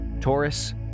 Taurus